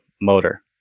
motor